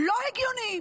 לא הגיוני,